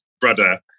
brother